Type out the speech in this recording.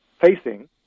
facing